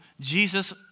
Jesus